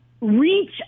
reach